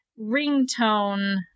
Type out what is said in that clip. ringtone